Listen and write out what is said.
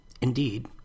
Indeed